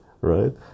right